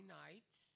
nights